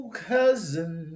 cousin